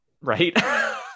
right